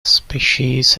species